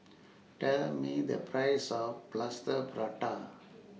Tell Me The Price of Plaster Prata